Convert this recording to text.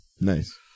Nice